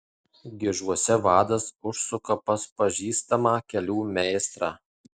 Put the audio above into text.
gižuose vadas užsuka pas pažįstamą kelių meistrą